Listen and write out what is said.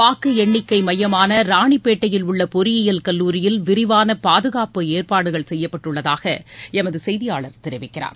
வாக்கு எண்ணிக்கை மையமான ராணிப்பேட்டையில் உள்ள பொறியியல் கல்லூரியில் விரிவான பாதுகாப்பு ஏற்பாடுகள் செய்யப்பட்டுள்ளதாக எமது செய்தியாளர் தெரிவிக்கிறார்